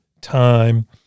time